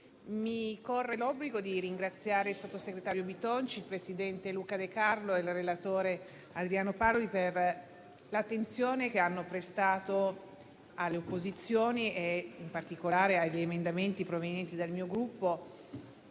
mi corre l'obbligo di ringraziare il sottosegretario Bitonci, il presidente Luca De Carlo e il relatore Adriano Paroli per l'attenzione che hanno prestato alle opposizioni e in particolare agli emendamenti provenienti dal mio Gruppo.